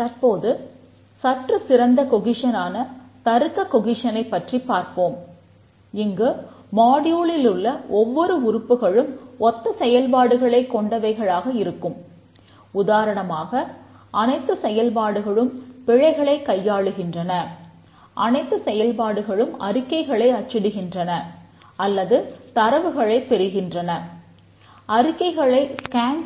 தற்போது சற்று சிறந்த கொகிசனான